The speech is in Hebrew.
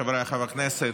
חבריי חברי הכנסת,